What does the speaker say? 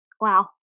Wow